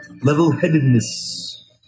Level-headedness